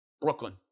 Brooklyn